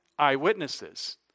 Eyewitnesses